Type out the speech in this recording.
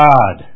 God